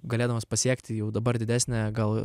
galėdamas pasiekti jau dabar didesnę gal